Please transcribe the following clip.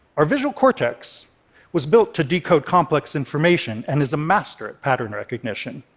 our visual cortex was built to decode complex information and is a master at pattern recognition.